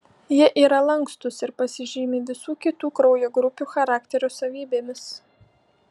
jie yra lankstūs ir pasižymi visų kitų kraujo grupių charakterio savybėmis